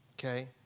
Okay